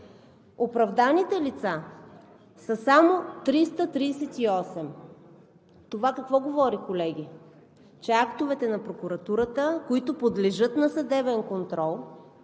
оправданите лица са само 338. Това какво говори, колеги? Че актовете, които подлежат на съдебен контрол